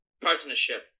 partnership